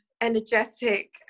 Energetic